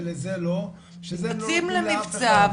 ולזה לא?' בשביל זה הם לא נותנים לאף אחד.